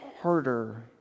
harder